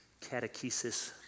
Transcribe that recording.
catechesis